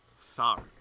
sorry